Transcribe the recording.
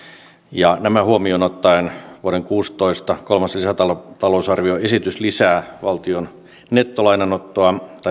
ja nämä huomioon ottaen vuoden kuusitoista kolmas lisätalousarvioesitys lisää valtion nettolainanoton